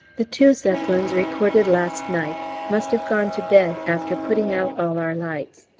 the two zeppelins reported last night must have gone to bed after putting out all our lights,